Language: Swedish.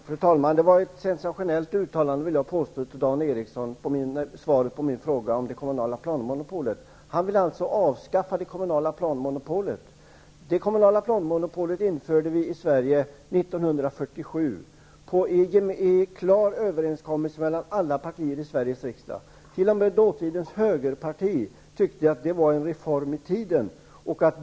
Fru talman! Det var ett sensationellt uttalande av Dan Eriksson, vill jag påstå, som svar på min fråga om det kommunala planmonopolet. Han vill alltså avskaffa det kommunala planmonopolet. Det kommunala planmonopolet införde vi i Sverige 1947. Det var en klar överenskommelse mellan alla partier i Sveriges riksdag. T.o.m. dåtidens högerparti tyckte att det var en reform i tiden.